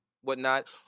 whatnot